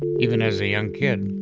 even as a young kid.